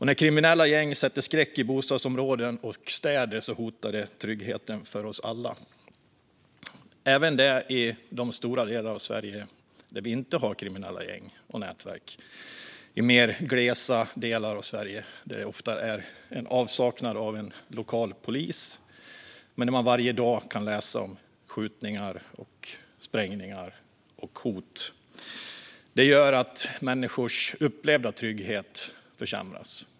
När kriminella gäng sätter skräck i bostadsområden och städer hotar det tryggheten för oss alla - även i de stora delar av Sverige där vi inte har kriminella gäng och nätverk, i mer glesa delar av Sverige där det ofta finns en avsaknad av lokal polis men där man varje dag kan läsa om skjutningar, sprängningar och hot. Det gör att människors upplevda trygghet försämras.